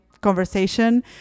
conversation